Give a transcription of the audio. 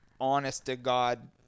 honest-to-God